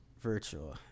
virtual